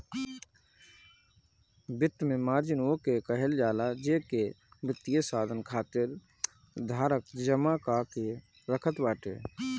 वित्त में मार्जिन ओके कहल जाला जेके वित्तीय साधन खातिर धारक जमा कअ के रखत बाटे